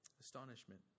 Astonishment